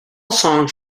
songs